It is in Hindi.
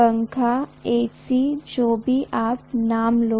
पंखा एसी जो भी आप नाम लो